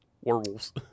werewolves